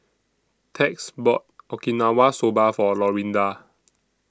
Tex bought Okinawa Soba For Lorinda